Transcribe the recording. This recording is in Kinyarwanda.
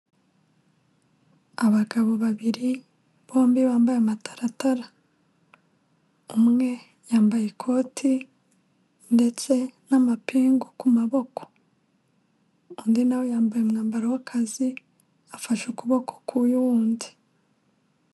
Abagabo babiri bombi bambaye amataratara, umwe yambaye ikoti ndetse n'amapingu ku maboko, undi na yambaye umwambaro w'akazi afashe ukuboko k'uyu wundi.